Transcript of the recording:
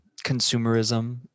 consumerism